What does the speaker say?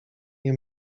nie